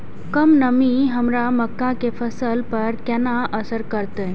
कम नमी हमर मक्का के फसल पर केना असर करतय?